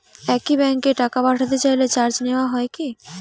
একই ব্যাংকে টাকা পাঠাতে চাইলে চার্জ নেওয়া হয় কি?